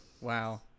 Wow